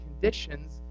conditions